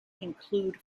include